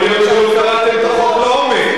יכול להיות שלא קראתם את החוק לעומק.